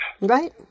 Right